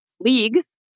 leagues